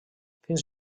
fins